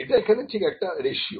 এটা এখানে ঠিক একটা রেশিও